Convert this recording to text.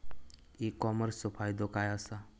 E कॉमर्सचो फायदो काय असा?